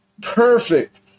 Perfect